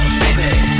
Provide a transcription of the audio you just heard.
baby